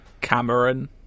Cameron